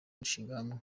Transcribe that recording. umushinga